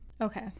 okay